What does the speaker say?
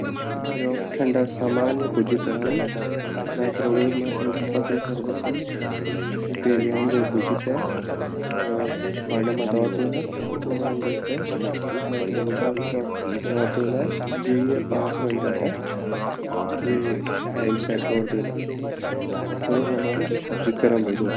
योक ठंडा सामान या भुज्जी ते हम माइक्रोवेव मा इनके पके सकदा छिन पहली हम वे भुज्जी ते योक भन्दा मा धौर दयोला फिर हम वेते माइक्रोवेवा प्योट धौर दयोला, द्वी या पांच मिनट तक वेगु टाइम सेट कोर दयोला अर फिर हमा सब्जी गरम वे जोली।